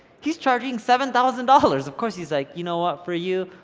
he's charging seven thousand dollars of course, he's like you know what for you,